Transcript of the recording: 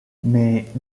mais